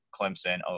Clemson